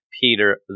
Peter